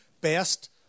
best